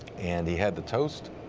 and he had the toast,